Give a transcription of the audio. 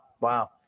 Wow